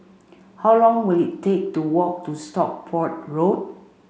how long will it take to walk to Stockport Road